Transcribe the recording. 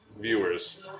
viewers